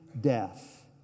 death